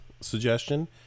suggestion